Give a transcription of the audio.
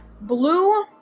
blue